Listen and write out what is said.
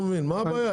מה הבעיה?